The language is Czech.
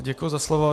Děkuji za slovo.